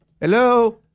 Hello